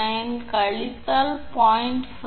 479 கழித்தல் 0